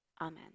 Amen